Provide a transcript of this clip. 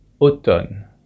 automne